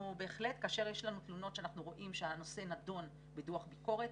כאשר יש לנו תלונות שאנחנו רואים שהנושא נדון בדוח ביקורת,